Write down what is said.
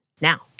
now